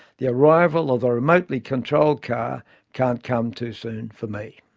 the arrival of the remotely controlled car can't come too soon for me.